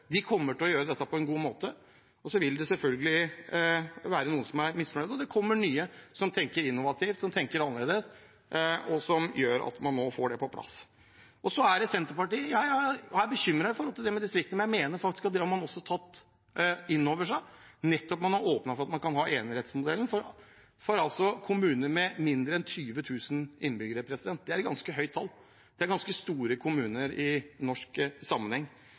misfornøyd, og det kommer nye som tenker innovativt, som tenker annerledes, og som gjør at man nå får det på plass. Så er det Senterpartiet – ja, jeg er bekymret for distriktene, men jeg mener faktisk at det har man også tatt innover seg, nettopp fordi man har åpnet for at man kan ha en enerettsmodell for kommuner med mindre enn 20 000 innbyggere. Det er et ganske høyt tall. Det er ganske store kommuner i norsk sammenheng.